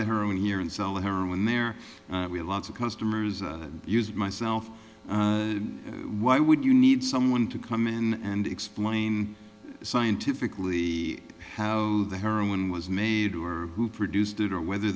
that her own here and sell heroin there we have lots of customers use myself why would you need someone to come in and explain scientifically how the heroin was made or who produced it or whether